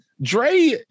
Dre